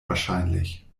wahrscheinlich